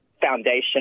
foundation